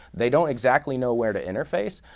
they don't exactly know where to interface,